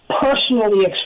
personally